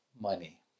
money